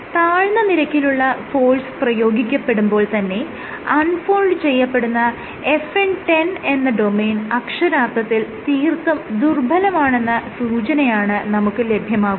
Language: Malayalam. താഴ്ന്ന നിരക്കിലുള്ള ഫോഴ്സ് പ്രയോഗിക്കപ്പെടുമ്പോൾ തന്നെ അൺ ഫോൾഡ് ചെയ്യപ്പെടുന്ന FN 10 എന്ന ഡൊമെയ്ൻ അക്ഷരാർത്ഥത്തിൽ തീർത്തും ദുർബ്ബലമാണെന്ന സൂചനയാണ് നമുക്ക് ലഭ്യമാകുന്നത്